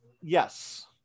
Yes